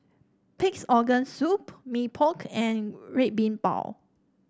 Pig's Organ Soup Mee Pok and Red Bean Bao